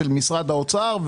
של משרד האוצר.